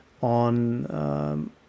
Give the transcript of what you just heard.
on